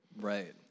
Right